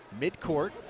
midcourt